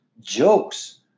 jokes